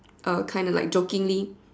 uh kind of like jokingly